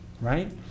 right